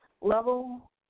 level